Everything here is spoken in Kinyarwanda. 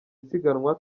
isiganwa